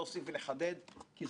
הוא לשמור על היציבות,